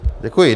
Děkuji.